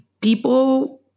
people